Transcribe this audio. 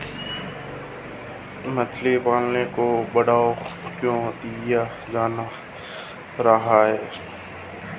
मछली पालन को बढ़ावा क्यों दिया जा रहा है?